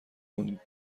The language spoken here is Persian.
اون